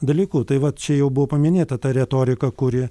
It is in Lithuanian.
dalyku tai va čia jau buvo paminėta ta retorika kuri